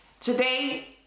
today